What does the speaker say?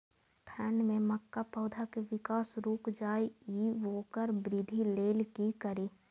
ठंढ में मक्का पौधा के विकास रूक जाय इ वोकर वृद्धि लेल कि करी?